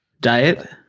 diet